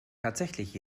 tatsächlich